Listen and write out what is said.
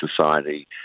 society